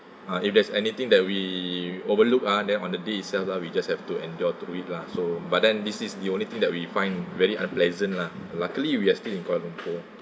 uh if there's anything that we overlook ah then on the day itself lah we just have to endure to it lah so but then this is the only thing that we find very unpleasant lah luckily we are still in kuala lumpur